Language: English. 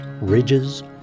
ridges